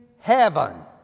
heaven